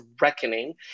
reckoning